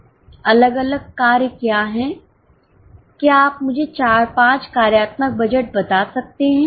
अलग अलग कार्य क्या हैं क्या आप मुझे 4 5 कार्यात्मक बजट बता सकते हैं